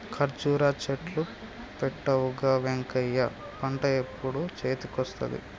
కర్జురా చెట్లు పెట్టవుగా వెంకటయ్య పంట ఎప్పుడు చేతికొస్తది